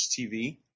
TV